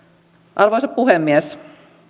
arvoisa puhemies